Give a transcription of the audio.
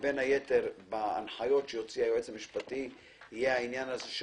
בין היתר בהנחיות שהוציא היועץ המשפטי יהיה העניין הזה,